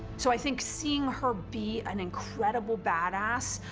so i think seeing her be an incredible badass,